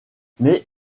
mais